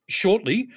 shortly